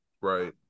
Right